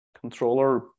controller